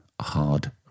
hard